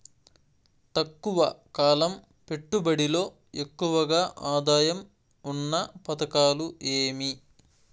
తక్కువ కాలం పెట్టుబడిలో ఎక్కువగా ఆదాయం ఉన్న పథకాలు ఏమి?